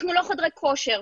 אנחנו לא חדרי כושר,